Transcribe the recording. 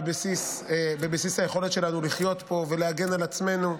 בבסיס היכולת שלנו לחיות פה ולהגן על עצמנו.